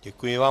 Děkuji vám.